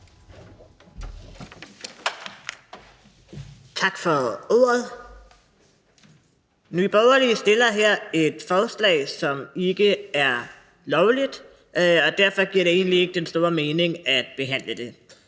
Tak for ordet. Nye Borgerlige fremsætter her et forslag, som ikke er lovligt, og derfor giver det egentlig ikke den store mening at behandle det.